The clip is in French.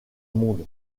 monde